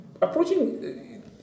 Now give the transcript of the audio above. approaching